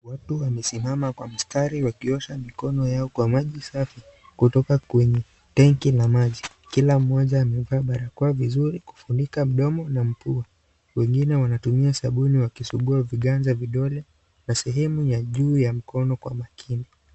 Watu wamesimama kwa mstari wakiosha mikono yao kwa maji safi kutoka kwenye tenki la maji. Kila mmoja amevaa barakoa vizuri kufunika mdomo na mapua. Wengine wanatumia sabuni wakisugua viganja vidole na sehemu ya juu ya mkono kwa makini.